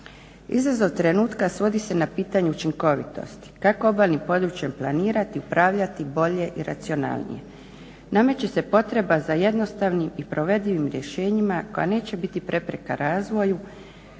Izazov trenutka svodi se na pitanje učinkovitosti kako obalnim područjem planirati, upravljati bolje i racionalnije. Nameće se potreba za jednostavnim i provedivim rješenjima koja neće biti prepreka razvoju